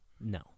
No